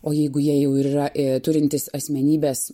o jeigu jie jau ir yra turintys asmenybės